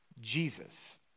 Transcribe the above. Jesus